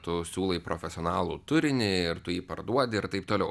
tu siūlai profesionalų turinį ir tu jį parduodi ir taip toliau